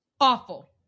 awful